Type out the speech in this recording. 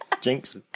Jinx